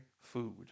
food